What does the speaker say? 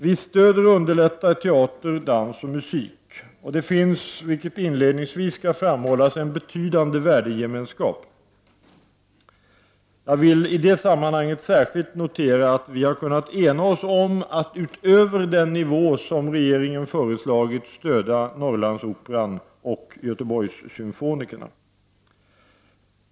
Vi stöder och underlättar teater, dans och musik, och det finns, vilket inledningsvis skall framhållas, en betydande värdegemenskap. Jag vill i det sammanhanget särskilt notera att vi har kunnat ena oss om att utöver den nivå som regeringen har föreslagit stödja Norrlandsoperan och Göteborgssymfonikerna.